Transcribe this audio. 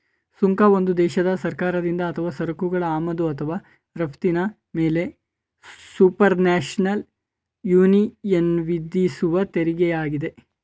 ಸುಂಕ ಒಂದು ದೇಶದ ಸರ್ಕಾರದಿಂದ ಅಥವಾ ಸರಕುಗಳ ಆಮದು ಅಥವಾ ರಫ್ತಿನ ಮೇಲೆಸುಪರ್ನ್ಯಾಷನಲ್ ಯೂನಿಯನ್ವಿಧಿಸುವತೆರಿಗೆಯಾಗಿದೆ